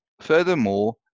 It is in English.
Furthermore